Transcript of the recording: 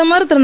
பிரதமர் திரு